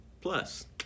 Plus